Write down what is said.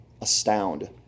astound